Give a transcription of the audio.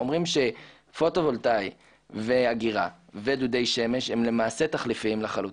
אומרים שפוטו וולטאי ואגירה ודודי שמש הם תחליפיחם לחלוטין.